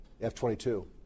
F-22